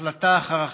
החלטה אחר החלטה,